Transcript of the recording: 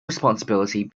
responsibility